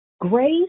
Grace